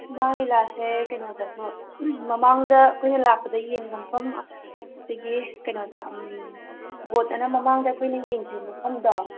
ꯁꯨꯃꯥꯡ ꯂꯤꯂꯥꯁꯦ ꯀꯩꯅꯣꯗꯁꯨ ꯃꯃꯥꯡꯗ ꯑꯩꯈꯣꯏꯅ ꯂꯥꯛꯄꯗ ꯌꯦꯡꯕ ꯃꯐꯝ ꯁꯤꯒꯤ ꯀꯩꯅꯣꯗ ꯕꯣꯠ ꯍꯥꯏꯅ ꯃꯃꯥꯡꯗ ꯑꯩꯈꯣꯏꯅ ꯌꯦꯡꯈꯤꯕ ꯃꯐꯝꯗꯣ